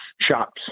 shops